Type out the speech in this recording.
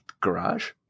garage